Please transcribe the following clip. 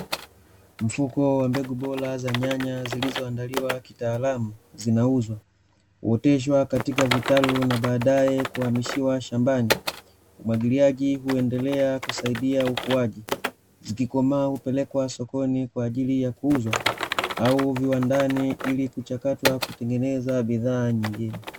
Mfuko wa mbegu bora za nyanya zilizoandaliwa kitaalamu zinauzwa. Huoteshwa katika vitalu na baadae kuhamishiwa shambani. Umwagiliaji huendelea kusaidia ukuaji, zikikomaa hupelekwa sokoni kwa ajili ya kuuzwa au viwandani ili kuchakatwa kutengeneza bidhaa nyingine.